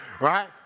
right